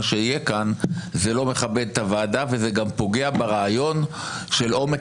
שיהיה כאן וזה לא מכבד את הוועדה וזה גם פוגע ברעיון של עומק